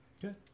Good